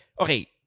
okay